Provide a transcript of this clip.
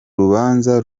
rubanza